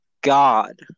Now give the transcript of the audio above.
God